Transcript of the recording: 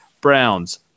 Browns